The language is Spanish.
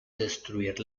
destruir